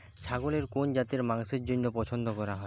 ছাগলের কোন জাতের মাংসের জন্য পছন্দ করা হয়?